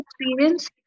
experience